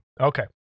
Okay